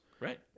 Right